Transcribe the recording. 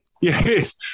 Yes